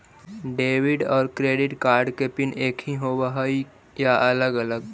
Debit और credit card के pin एकही होव हइ या अलग अलग?